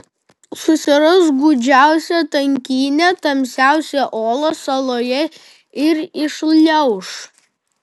susiras gūdžiausią tankynę tamsiausią olą saloje ir įšliauš